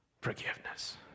forgiveness